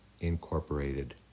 Incorporated